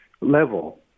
level